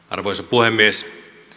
arvoisa puhemies